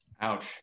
Ouch